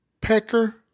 Pecker